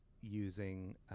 using